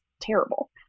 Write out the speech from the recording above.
terrible